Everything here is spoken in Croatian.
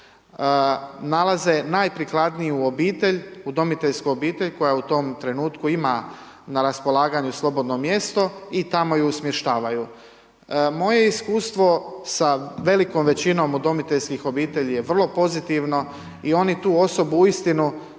nalaze najprikladniju obitelj, udomiteljsku obitelj koja u tome trenutku ima na raspolaganju slobodno mjesto i tamo ju smještavaju. Moje iskustvo sa velikom većinom udomiteljskih obitelji je vrlo pozitivno i oni tu osobu uistinu